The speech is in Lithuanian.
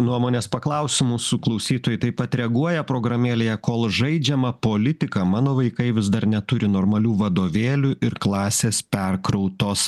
nuomonės paklausiu musu klausytojai taip pat reaguoja programėlėje kol žaidžiama politika mano vaikai vis dar neturi normalių vadovėlių ir klasės perkrautos